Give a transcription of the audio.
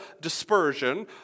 dispersion